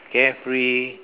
carefree